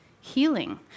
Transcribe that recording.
healing